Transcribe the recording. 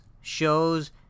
shows